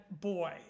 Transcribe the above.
boy